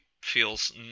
feels